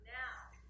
now